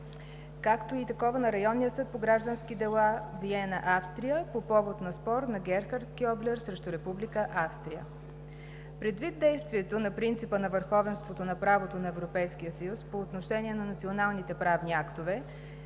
както и такова на Районния съд по граждански дела Виена, Австрия по повод на спор на Герхарт Кьоблер срещу Република Австрия. Предвид действието на принципа на върховенство на правото на Европейския съюз по отношение на националните правни актове,